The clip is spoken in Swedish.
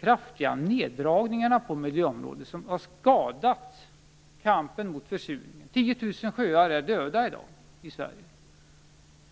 kraftiga neddragningarna på miljöområdet, som har skadat kampen mot försurning. 10 000 sjöar i Sverige är i dag döda.